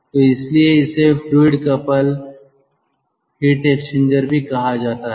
तो इसीलिए इसे फ्लुइड कपल हीट एक्सचेंजर भी कहा जाता है